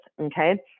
okay